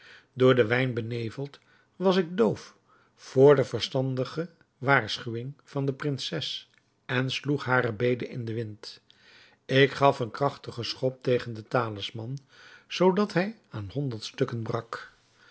door den wijn beneveld was ik doof voor de verstandige waarschuwing van de prinses en sloeg hare bede in den wind ik gaf een krachtigen schop tegen den talisman zoodat hij aan honderd stukken brak